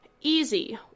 Easy